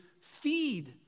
feed